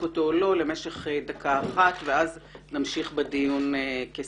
אותו או לא למשך דקה אחת ואז נמשיך בדיון כסדרו.